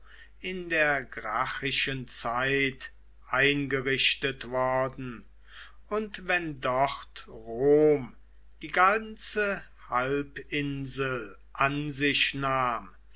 in der gracchischen zeit eingerichtet worden und wenn dort rom die ganze halbinsel an sich nahm